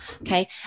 okay